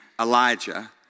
Elijah